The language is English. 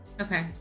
Okay